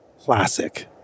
classic